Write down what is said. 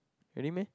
really meh